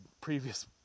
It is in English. previous